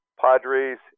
Padres